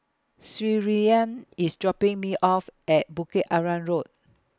Shirleyann IS dropping Me off At Bukit Arang Road